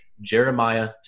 jeremiah